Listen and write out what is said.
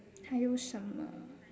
还有什么